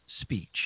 speech